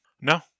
No